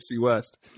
West